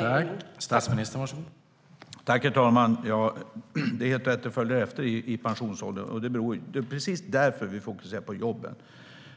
Herr talman! Det är helt rätt att det följer med in i pensionsåldern. Det är precis därför vi fokuserar på jobben.